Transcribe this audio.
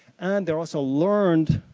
and they're also learned,